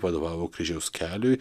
vadovavo kryžiaus keliui